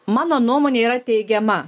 mano nuomonė yra teigiama